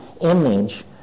image